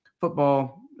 football